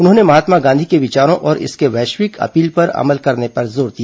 उन्होंने महात्मा गांधी के विचारों और इसके वैश्विक अपील पर अमल करने पर जोर दिया